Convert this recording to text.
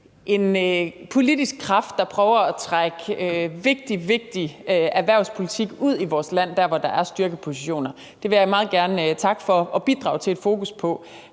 en politisk kraft, der prøver at trække vigtig, vigtig erhvervspolitik ud i vores land til dér, hvor der er styrkepositioner. Det vil jeg meget gerne takke for og bidrage til et fokus på.